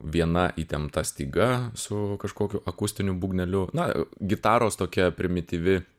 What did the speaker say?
viena įtempta styga su kažkokiu akustiniu būgneliu na gitaros tokia primityvi